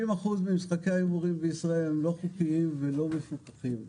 60% ממשחקי ההימורים בישראל הם לא חוקיים ולא משותפים.